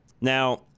Now